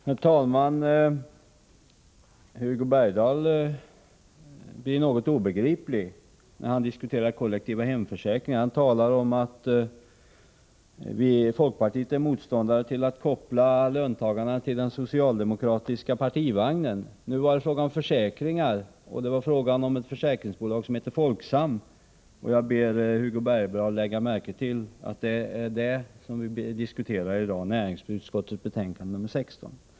Herr talman! Hugo Bergdahl blir för mig obegriplig när han diskuterar kollektiva hemförsäkringar. Han talar om att folkpartiet är motståndare till att koppla löntagarna till den socialdemokratiska partivagnen. Men nu är det fråga om försäkringar och ett försäkringsbolag som heter Folksam. Jag ber Hugo Bergdahl lägga märke till att det är det vi diskuterar i dag när vi behandlar näringsutskottets betänkande 16.